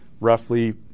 roughly